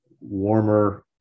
warmer